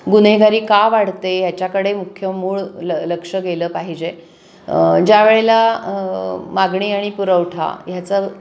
गुन्हेगारी का वाढते ह्याच्याकडे मुख्य मूळ ल लक्ष गेलं पाहिजे ज्या वेळेला मागणी आणि पुरवठा ह्याचा